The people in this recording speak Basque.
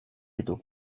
ditu